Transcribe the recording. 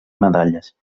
medalles